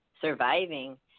surviving